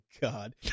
God